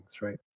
right